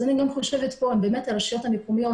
אז אני חושבת אם באמת רשויות מקומיות,